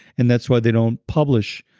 and that's why they don't publish,